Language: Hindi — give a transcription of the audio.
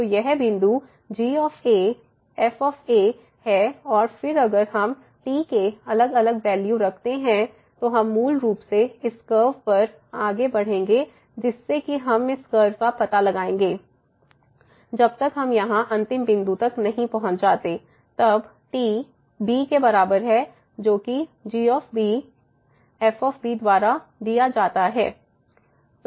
तो यह बिंदु g f है और फिर अगर हम t के अलग अलग वैल्यू रखते हैं तो हम मूल रूप से इस कर्व पर आगे बढ़ेंगे जिससे कि हम इस कर्व का पता लगाएंगे जब तक हम यहां अंतिम बिंदु तक नहीं पहुंच जाते तब t b के बराबर है जोकि g f द्वारा दिया जाता है